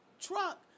truck